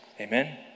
amen